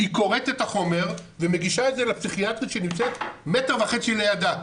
היא קוראת את החומר ומגישה את זה לפסיכיאטרית שנמצאת מטר וחצי לידה,